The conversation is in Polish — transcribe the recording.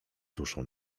duszą